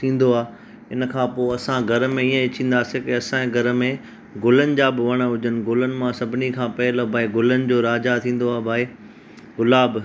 थींदो आ हिन खां पोइ असां घर में ईअं चवंदासीं के असांजे घर में गुलनि जा वण हुजनि गुलनि मां सभिनी खां पहिरियों भई गुलनि जो राजा थींदो आहे भई गुलाब